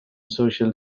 social